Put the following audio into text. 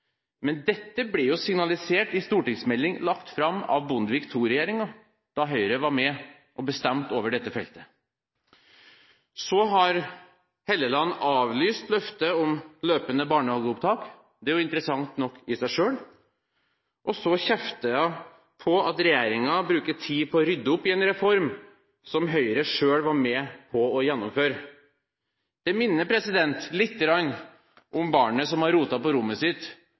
Men dette ble jo signalisert i en stortingsmelding lagt fram av Bondevik II-regjeringen, da Høyre var med og bestemte over dette feltet. Så har Hofstad Helleland avlyst løftet om løpende barnehageopptak, og det er interessant nok i seg selv. Så kjefter hun på regjeringen fordi de bruker tid på å rydde opp i en reform som Høyre selv var med på å gjennomføre. Det minner litt om barnet som har rotet på rommet sitt,